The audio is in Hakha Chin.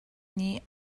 nih